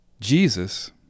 Jesus